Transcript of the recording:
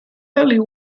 early